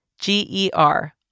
G-E-R